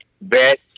bet